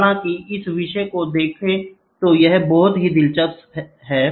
हालांकि इस विषय को देखें तो यह बहुत ही दिलचस्प है